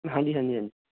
ਹਾਂਜੀ ਹਾਂਜੀ ਹਾਂਜੀ